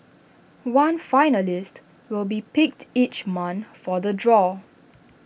one finalist will be picked each month for the draw